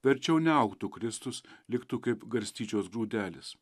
verčiau neaugtų kristus liktų kaip garstyčios grūdelis